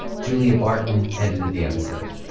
julia barton edited the episode.